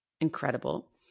incredible